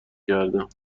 کردم